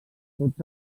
tots